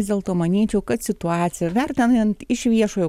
vis dėlto manyčiau kad situaciją vertinant iš viešojo